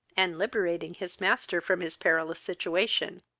and liberating his master from his perilous situation.